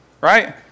right